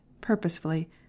purposefully